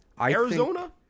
Arizona